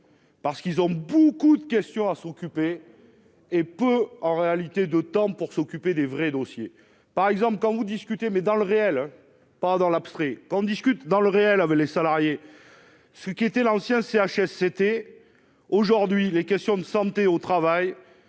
Parce qu'ils ont beaucoup de questions à s'occuper. Et peu en réalité de temps pour s'occuper des vrais dossiers par exemple quand vous discutez, mais dans le réel, pas dans l'abstrait qu'on discute dans le réel avec les salariés, ce qui était l'ancien Chsct aujourd'hui, les questions de santé au travail,